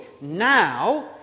now